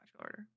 order